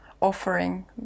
offering